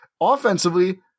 Offensively